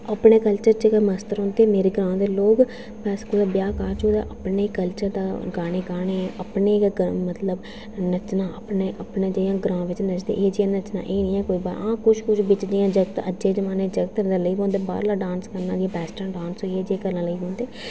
अपने कल्चर च गै मस्त रौहंदे मेरे ग्रांऽ दे लोक बस कुदै ब्याह् कारज होऐ अपने कल्चर दा गाने गाने अपने गै मतलब अपने नच्चना अपने जि'यां ग्रांऽ बिच नच्चदे इं'या नच्चना एह् नेईं ऐ आं कुछ कुछ जियां जागत अज्जै दे जमाने दे जागत रली पौंदे बाह्रला डांस करना जियां वेस्टर्न डांस होइया जेह्का करने गी लग्गी पौंदे